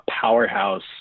powerhouse